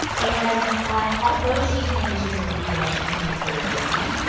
and ah although she's saying that she's going to leave once she completes her degree,